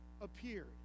appeared